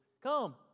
Come